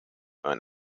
een